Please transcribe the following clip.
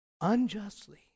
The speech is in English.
Unjustly